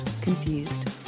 Confused